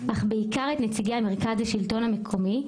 אך בעיקר את נציגי מרכז השלטון המקומי,